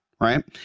right